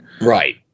Right